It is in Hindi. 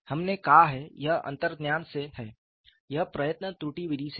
हमने कहा है यह अंतर्ज्ञान से है यह प्रयत्न त्रुटि विधि से है